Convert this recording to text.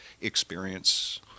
experience